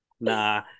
Nah